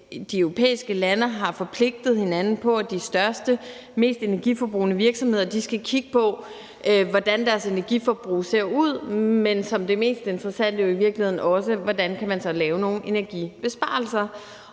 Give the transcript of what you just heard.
de europæiske lande forpligtet hinanden på, at de største og mest energiforbrugende virksomheder skal kigge på, hvordan deres energiforbrug ser ud. Men det mest interessante er jo i virkeligheden også, hvordan man kan lave nogle energibesparelser.